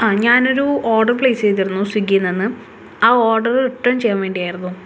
ആ ഞാനൊരു order place ചെയ്തിരുന്നു സ്വിഗ്ഗിയിൽ നിന്ന് ആ ഓഡറ് റിട്ടേൺ ചെയ്യാൻ വേണ്ടിയായിരുന്നു